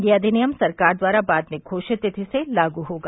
यह अधिनियम सरकार द्वारा बाद में घोषित तिथि से लागू होगा